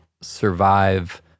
survive